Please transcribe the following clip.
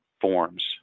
forms